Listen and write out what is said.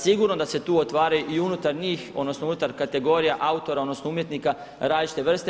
Sigurno da se tu otvaraju i unutar njih, odnosno unutar kategorija autora odnosno umjetnika različite vrste.